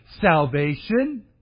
salvation